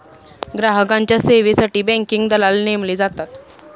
ग्राहकांच्या सेवेसाठी बँकिंग दलाल नेमले जातात